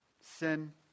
sin